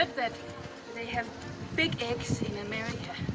that they have big eggs in america.